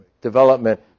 development